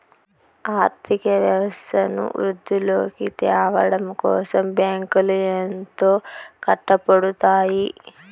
ఆర్థిక వ్యవస్థను వృద్ధిలోకి త్యావడం కోసం బ్యాంకులు ఎంతో కట్టపడుతాయి